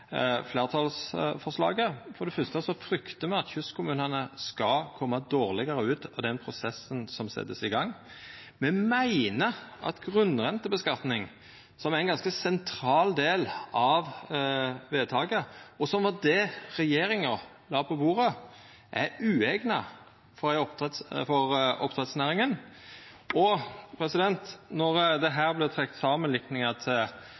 fleirtalsforslaget. For det første fryktar me at kystkommunane skal koma dårlegare ut av den prosessen som vert sett i gang. Me meiner at grunnrenteskattlegginga, som er ein ganske sentral del av forslaget til vedtak, og som var det regjeringa la på bordet, er ueigna for oppdrettsnæringa. Og når det